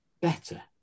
better